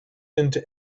into